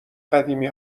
قدیمی